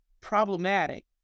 problematic